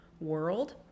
world